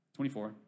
24